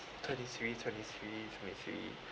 twenty three twenty three twenty three